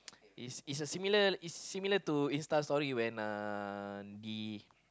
is is a similar is a similar to InstaStory when uh the